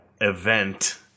event